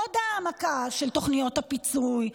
עוד העמקה של תוכניות הפיצוי.